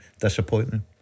disappointment